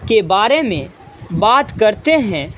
کے بارے میں بات کرتے ہیں